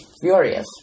furious